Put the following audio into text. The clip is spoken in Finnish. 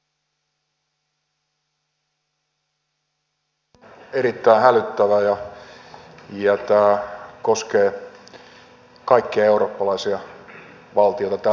todellakin tämä tilanne on erittäin hälyttävä ja tämä koskee kaikkia eurooppalaisia valtioita tällä hetkellä